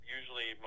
Usually